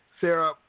Sarah